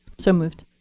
so moved.